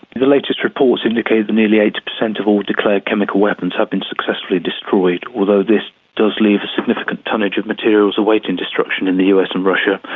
the the latest reports indicate that nearly eighty percent of all declared chemical weapons have been successfully destroyed, although this does leave a significant tonnage of materials awaiting destruction in the us and russia,